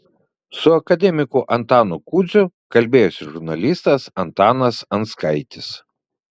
su akademiku antanu kudziu kalbėjosi žurnalistas antanas anskaitis